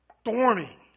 storming